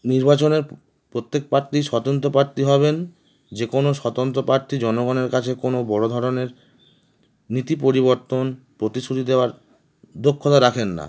নির্বাচনের প্রত্যেক প্রার্থী স্বতন্ত্র প্রার্থী হবেন যে কোনো স্বতন্ত্র প্রার্থী জনগণের কাছে কোনো বড়ো ধরনের নীতি পরিবর্তন প্রতিশুতি দেওয়ার দক্ষতা রাখেন না